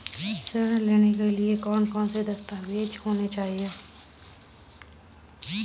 ऋण लेने के लिए कौन कौन से दस्तावेज होने चाहिए?